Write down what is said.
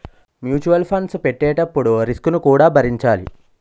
mutual funds పెట్టేటప్పుడు risk ను కూడా భరించాలి